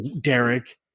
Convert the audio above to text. derek